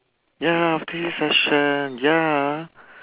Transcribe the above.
ya after this session ya